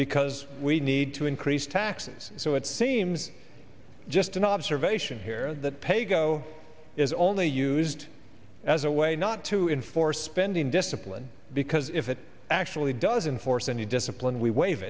because we need to increase taxes so it seems just an observation here that pay go is only used as a way not to enforce spending discipline because if it actually doesn't force any discipline we waive